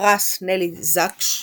פרס נלי זק"ש,